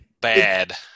bad